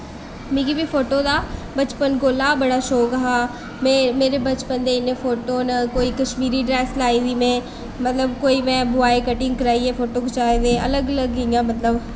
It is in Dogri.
मिगी बी फोटो दा बचपन कोला दा बड़ा शौक हा मेरे बचपन दे इ'न्नें फोटो न कोई कश्मीरी ड्रैस्स लाई दी में मतलब कोई में ब्याय कटिंग कराइयै फोटो खचाए दे अलग अलग इ'यां मतलब